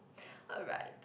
alright